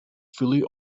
fully